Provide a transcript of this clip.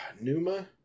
Numa